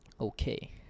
Okay